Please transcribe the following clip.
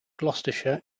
gloucestershire